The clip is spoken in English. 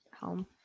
home